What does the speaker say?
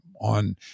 on